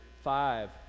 five